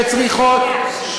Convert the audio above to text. שצריכות,